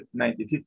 1950